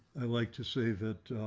i like to say that